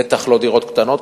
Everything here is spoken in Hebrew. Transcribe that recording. בטח לא לדירות קטנות,